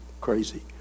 crazy